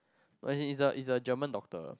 no as in is a is a German doctor